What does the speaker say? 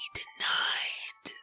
denied